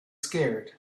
scared